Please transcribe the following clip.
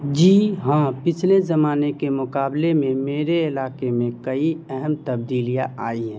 جی ہاں پچھلے زمانے کے مقابلے میں میرے علاقے میں کئی اہم تبدیلیاں آئی ہیں